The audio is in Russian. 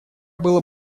было